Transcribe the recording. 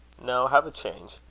no have a change.